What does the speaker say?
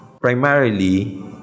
primarily